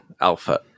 Alpha